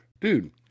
dude